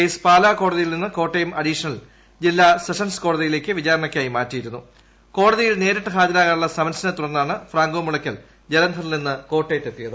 case Pala കോടതിയിൽ നിന്ന് Kottayam additional ജില്ല സെഷൻസ് കോടതിയിലേക്ക് വിചാരണക്കായി മാറ്റിയിരുന്നു കോടതിയിൽ നേരിട്ട് ഹാജരാകാനുള്ള സമൻസിനെ തുടർന്നാണ് ഫ്രാങ്കോ മുളക്കൽ ജലന്ധറിൽ നിന്ന് കോട്ടയത്തെത്തിയത്